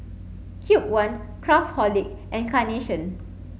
Cube one Craftholic and Carnation